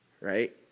right